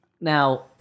Now